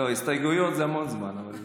לא, הסתייגות זה המון זמן, אבל בסדר,